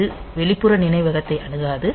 இது வெளிப்புற நினைவகத்தை அணுகாது